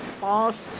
past